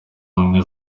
ubumwe